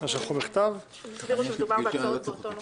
הם הסבירו שמדובר בהצעות באותו נושא.